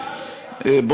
הניסיון כשל,